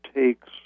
takes